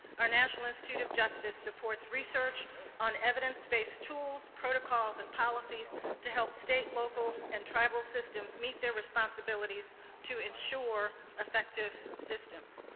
our national institute of justice supports research on evidence-based tools, protocols and policies help state, local and tribal systems meet the responsibilities to ensure effective systems.